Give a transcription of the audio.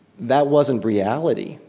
that wasn't reality.